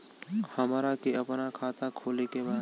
हमरा के अपना खाता खोले के बा?